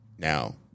Now